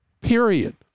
period